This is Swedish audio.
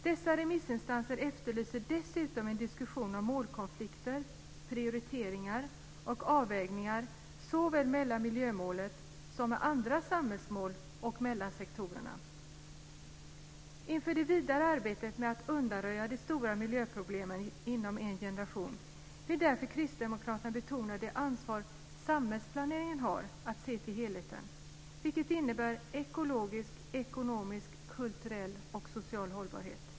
Dessa remissinstanser efterlyser dessutom en diskussion om målkonflikter, prioriteringar och avvägningar såväl mellan miljömålen som mot andra samhällsmål och mellan sektorerna. Inför det vidare arbetet med att undanröja de stora miljöproblemen inom en generation vill därför Kristdemokraterna betona det ansvar samhällsplaneringen har att se till helheten, vilket innebär ekologisk, ekonomisk, kulturell och social hållbarhet.